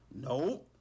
No